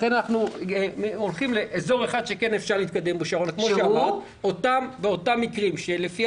לכן אנחנו הולכים לאזור אחד שבו אפשר להתקדם באותם מקרים שלפי